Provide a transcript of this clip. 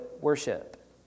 worship